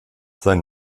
sein